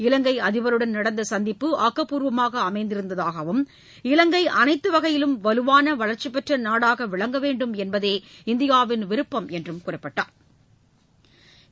இலங்கை அதிபருடன் நடந்த சந்திப்பு ஆக்கபூர்வமாக அமைந்திருந்ததாகவும் இலங்கை அனைத்து வகையிலும் வலுவான வளர்ச்சி பெற்ற நாடாக விளங்கவேண்டும் என்பதே இந்தியாவின் விருப்பம் என்று குறிப்பிட்டாள்